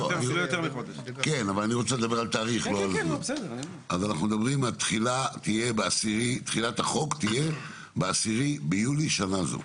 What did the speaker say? אז אנחנו מדברים על זה שתחילת החוק תהיה בעשרה ביולי בשנה הזו.